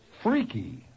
freaky